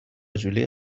جولی